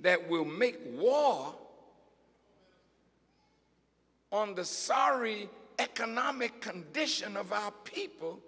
that will make war on the sorry economic condition of our people